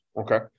Okay